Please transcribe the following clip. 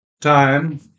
time